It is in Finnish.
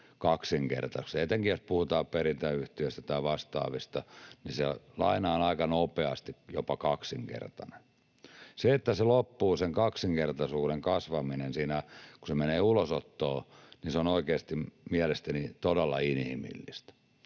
kaksinkertaiseksi. Etenkin jos puhutaan perintäyhtiöistä tai vastaavista, niin se laina on aika nopeasti jopa kaksinkertainen. Se, että sen kaksinkertaisuuden kasvaminen loppuu siinä, kun se menee ulosottoon, on oikeasti mielestäni todella inhimillistä.